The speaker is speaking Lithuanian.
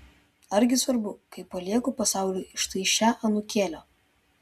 argi svarbu kai palieku pasauliui štai šią anūkėlę